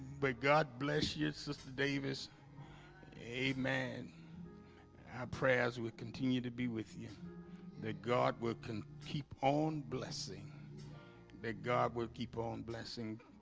but god bless you sister davis a man our prayers would continue to be with you that god will keep on blessing that god will keep on blessing